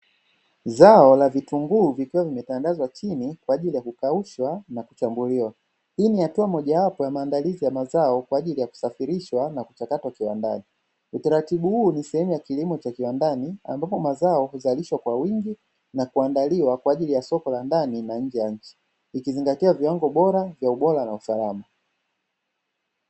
Zao la vitunguu vikiwa vimetambazwa chini Kwa ajili ya kukaushwa na kuchaguliwa. Hii Ni hatua mojawapo ya maandalizi ya mazao kwaajili ya kusafirishwa na kuchakatwa viwandani. Utaratibu huu ni sehemu ya utaratibu wa viwandani ambapo mazao huzalishwa kwa wingi na kuandaliwa kwa ajili ya soko la ndani na nje ya nchi ikizingatia viwango bora na usalama.